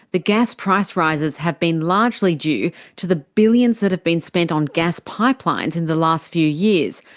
the gas price rises have been largely due to the billions that have been spent on gas pipelines in the last few years,